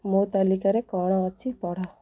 ମୋ ତାଲିକାରେ କ'ଣ ଅଛି ପଢ଼